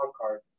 card